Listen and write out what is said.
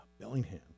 Bellingham